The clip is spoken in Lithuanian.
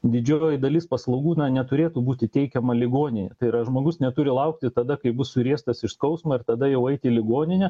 didžioji dalis paslaugų neturėtų būti teikiama ligoninėj tai yra žmogus neturi laukti tada kai bus suriestas iš skausmo ir tada jau eiti į ligoninę